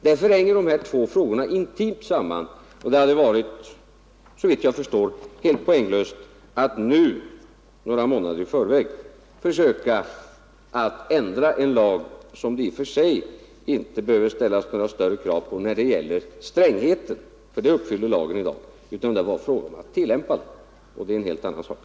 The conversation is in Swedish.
Därför hänger dessa frågor intimt samman, och det hade såvitt jag förstår varit helt poänglöst att nu, några månader i förväg, söka förändra en lag som man i och för sig inte behöver ställa några större krav på när det gäller strängheten, för de kraven uppfyller lagen bra. Problemet var att tillämpa den, och det är en helt annan sak.